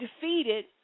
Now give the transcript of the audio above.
defeated